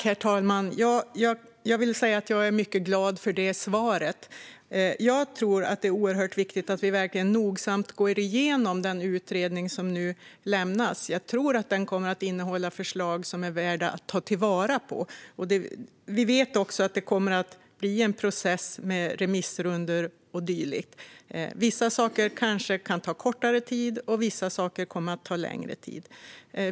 Herr talman! Jag vill säga att jag är mycket glad för det svaret. Jag tror att det är oerhört viktigt att vi verkligen nogsamt går igenom den utredning som nu lämnas. Jag tror att den kommer att innehålla förslag som är värda att ta vara på. Vi vet också att det kommer att bli en process med remissrundor och dylikt. Vissa saker kanske kan ta kortare tid, och vissa saker kommer att ta längre tid.